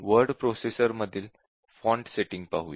word processor मधील font setting पाहू